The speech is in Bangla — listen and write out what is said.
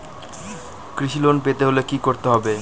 কৃষি লোন পেতে হলে কি করতে হবে?